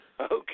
Okay